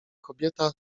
kobieta